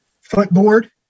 footboard